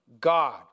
God